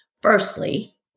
Firstly